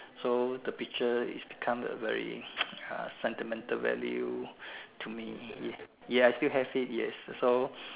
so the picture is become the very uh sentimental value to me ya I still have it yes so